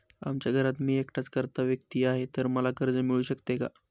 आमच्या घरात मी एकटाच कर्ता व्यक्ती आहे, तर मला कर्ज मिळू शकते का?